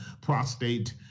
prostate